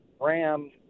Ram